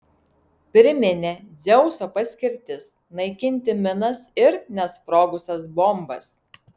pirminė dzeuso paskirtis naikinti minas ir nesprogusias bombas